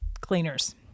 cleaners